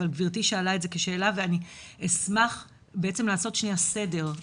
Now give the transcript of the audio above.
אבל גברתי שאלה את זה כשאלה ואני אשמח בעצם לעשות שנייה סדר,